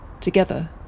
Together